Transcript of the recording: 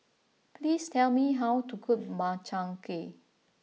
please tell me how to cook Makchang Gui